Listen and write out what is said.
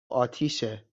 آتیشه